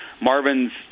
Marvin's